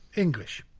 english.